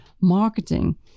marketing